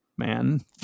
man